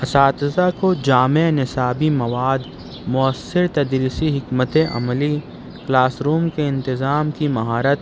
اساتذہ کو جامع نصابی مواد مؤثر تدریسی حکمت عملی کلاس روم کے انتظام کی مہارت